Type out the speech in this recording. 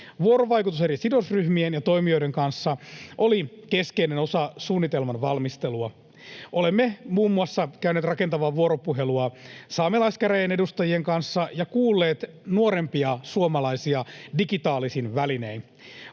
Vuorovaikutus eri sidosryhmien ja toimijoiden kanssa oli keskeinen osa suunnitelman valmistelua. Olemme muun muassa käyneet rakentavaa vuoropuhelua saamelaiskäräjien edustajien kanssa ja kuulleet nuorempia suomalaisia digitaalisin välinein.